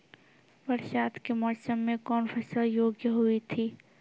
बरसात के मौसम मे कौन फसल योग्य हुई थी?